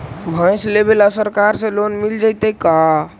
भैंस लेबे ल सरकार से लोन मिल जइतै का?